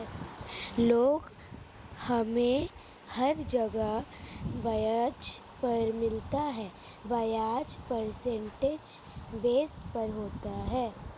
loan हमे हर जगह ब्याज पर मिलता है ब्याज परसेंटेज बेस पर होता है